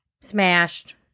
Smashed